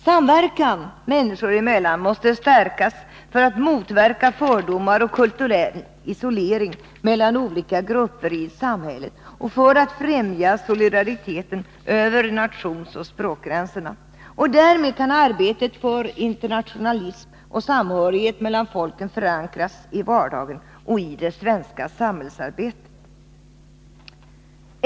Samverkan människor emellan måste stärkas för att motverka fördomar och kulturell isolering mellan olika grupper i samhället och för att främja solidariteten över nationsoch språkgränserna. Därmed kan arbetet för internationalism och samhörighet mellan folken förankras i vardagen och i det svenska samhällsarbetet.